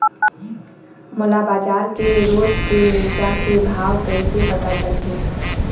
मोला बजार के रोज के मिरचा के भाव कइसे पता चलही?